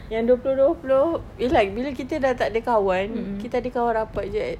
yang dua puluh dua puluh ya like bila kita sudah tak ada kawan kita ada kawan rapat saja at